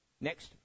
Next